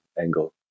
angle